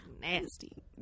Nasty